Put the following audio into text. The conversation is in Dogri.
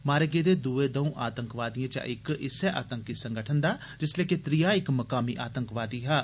मारे गेदे दुए द'ऊं अतंतकवादिएं चा इक इस्सै आतंतकी संगठन दा जिस्सलै के त्रिया इक मकामी आतंकवादी हा